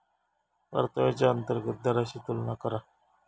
परताव्याच्या अंतर्गत दराशी तुलना करा